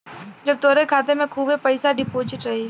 जब तोहरे खाते मे खूबे पइसा डिपोज़िट रही